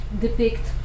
depict